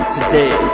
Today